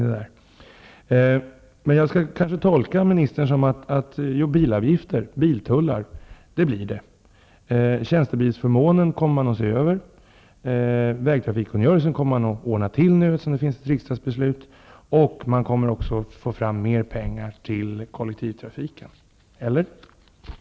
Jag kanske emellertid skall tolka ministern på ett sådant sätt att det blir bilavgifter, biltullar, att tjänstebilsförmånerna kommer att ses över, att vägtrafikkungörelsen kommer att ändras eftersom det finns ett riksdagsbeslut om det och att mer pengar kommer att tas fram till kollektivtrafiken. Är detta riktigt?